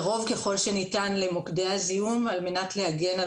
קרוב ככל שניתן למוקדי הזיהום על מנת להגן על